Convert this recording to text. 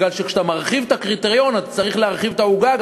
כי כשאתה מרחיב את הקריטריון אתה צריך גם להרחיב את העוגה,